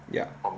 ya